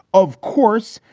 of course,